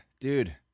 dude